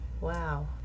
wow